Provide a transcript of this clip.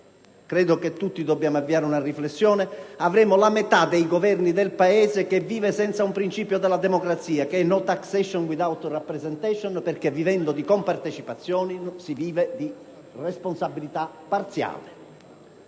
credo che tutti dovremmo avviare una riflessione, avremo la metà dei governi del Paese che vivrà senza un principio della democrazia: «*no taxation without representation»*, perché vivendo di compartecipazioni si vive di responsabilità parziali.